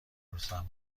بپرسم